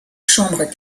chambres